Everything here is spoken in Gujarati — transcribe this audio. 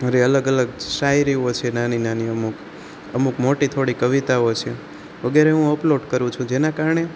મારી અલગ અલગ શાયરીઓ છે નાની નાની અમુક અમુક મોટી થોડી કવિતાઓ છે વગેરે હું અપલોડ કરું છું જેના કારણે